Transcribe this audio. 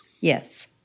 Yes